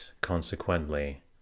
consequently